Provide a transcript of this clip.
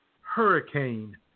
Hurricane